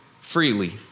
freely